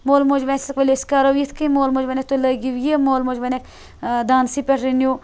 مول موجی ویٚژھِ ؤلِو أسۍ کَرَو یِتھ کنۍ مول موجی وَنیٚکھ تُہۍ لٲگِو یہِ مول موج وَنیٚکھ دانسٕے پٮ۪ٹھ رٔنِو